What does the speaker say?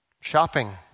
shopping